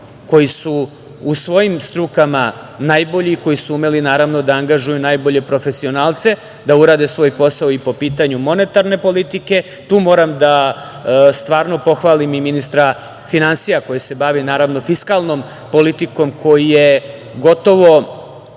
koji su u svojim strukama najbolji, koji su umeli naravno da angažuju najbolje profesionalce da urade svoj posao i po pitanju monetarne politike. Tu moram da stvarno pohvalim i ministra finansija koji se bavi fiskalnom politikom, koji je gotovo